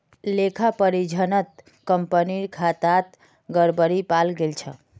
लेखा परीक्षणत कंपनीर खातात गड़बड़ी पाल गेल छ